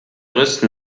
rüsten